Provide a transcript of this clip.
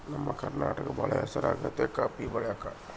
ನಮ್ಮ ಕರ್ನಾಟಕ ಬಾಳ ಹೆಸರಾಗೆತೆ ಕಾಪಿ ಬೆಳೆಕ